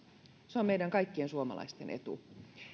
se on meidän kaikkien suomalaisten etu